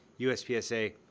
USPSA